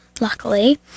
luckily